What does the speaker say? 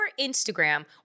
Instagram